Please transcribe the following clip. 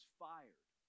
fired